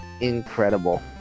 incredible